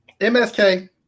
MSK